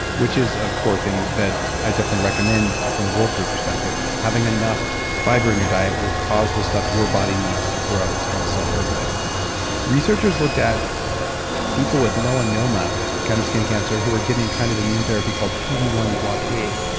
which is a core thing that i definitely recommend from a bulletproof perspective. having enough fiber in your diet will cause the stuff your body needs to grow. it's kind of self-regulating researchers looked at people with melanoma, a kind of skin cancer, who were getting a kind of immune therapy called pd one blockade,